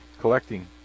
collecting